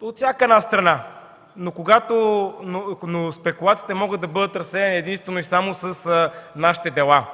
от всяка една страна, но спекулациите могат да бъдат разсеяни единствено и само с нашите дела.